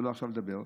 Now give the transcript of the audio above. לא עכשיו נדבר.